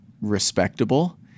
respectable